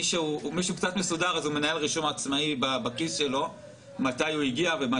מי שקצת מסודר מנהל רישום עצמאי בכיסו מתי הוא הגיע ומה